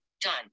Done